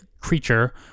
creature